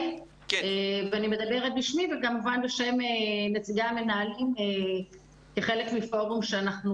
אני מדברת בשמי וכמובן בשם נציגי המנהלים כחלק מפורום שאנחנו